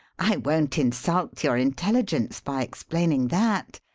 i won't insult your intelligence by explaining that.